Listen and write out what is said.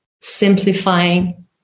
simplifying